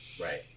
right